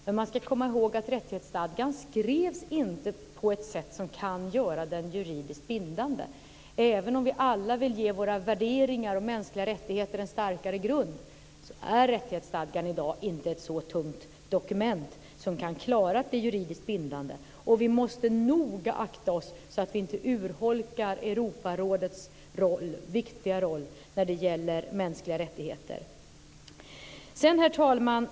Men man ska komma ihåg att rättighetsstadgan inte skrevs på ett sätt som kan göra den juridiskt bindande. Även om vi alla vill ge våra värderingar om mänskliga rättigheter en starkare grund är rättighetsstadgan i dag inte ett så tungt dokument att den klarar att bli juridisk bindande. Vi måste noga akta oss så att vi inte urholkar Europarådets viktiga roll för mänskliga rättigheter. Herr talman!